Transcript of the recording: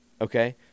Okay